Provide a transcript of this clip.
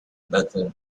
method